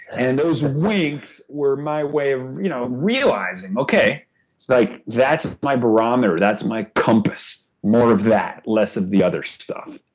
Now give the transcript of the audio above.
and those winks were my way of you know realizing okay like that's my barometer, that's my compass more of that, less of the other stuff.